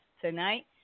tonight